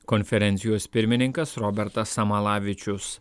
konferencijos pirmininkas robertas samalavičius